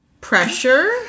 Pressure